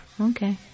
Okay